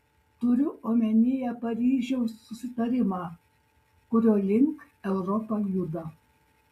turiu omenyje paryžiaus susitarimą kurio link europa juda